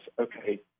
okay